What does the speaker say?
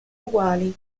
uguali